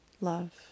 love